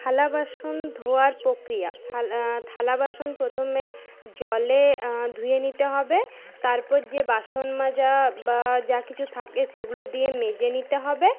থালা বাসন ধোয়ার প্রক্রিয়া থালা থালা বাসন প্রথমে জলে ধুয়ে নিতে হবে তারপর যে বাসন মাজা বা যা কিছু থাকে সেগুলো দিয়ে মেজে নিতে হবে